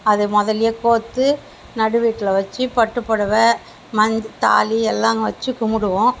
அது முதல்லே கோர்த்து நடுவீட்டில் வச்சு பட்டுப்புடவ மஞ்ச தாலி எல்லா வச்சு கும்பிடுவோம்